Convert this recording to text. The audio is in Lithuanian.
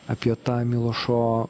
apie tą milošo